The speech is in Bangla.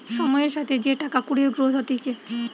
সময়ের সাথে যে টাকা কুড়ির গ্রোথ হতিছে